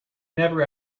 never